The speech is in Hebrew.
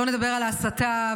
לא נדבר על ההסתה,